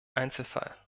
einzelfall